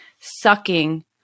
sucking